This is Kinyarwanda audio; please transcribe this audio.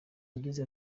yagize